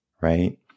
right